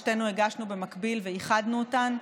שתינו הגשנו במקביל ואיחדנו אותן,